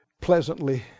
pleasantly